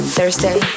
Thursday